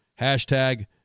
Hashtag